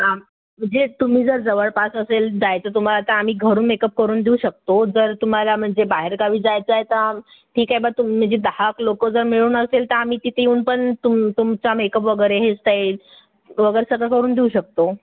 आम म्हणजे तुम्ही जर जवळपास असेल जायचं तुम्हाला तर आम्ही घरून मेकअप करून देऊ शकतो जर तुम्हाला म्हणजे बाहेरगावी जायचं आहे तर ठीक आहे बा तू म्हणजे दहाएक लोक जर मिळून असेल तर आम्ही तिथे येऊन पण तुम तुमचा मेकअप वगैरे हेअर स्टाईल वगैरे सगळं करून देऊ शकतो